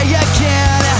again